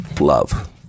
love